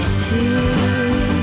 see